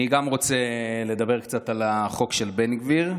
אני גם רוצה לדבר קצת על החוק של בן גביר,